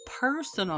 personal